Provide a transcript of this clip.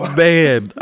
man